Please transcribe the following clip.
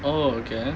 oh okay